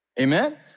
Amen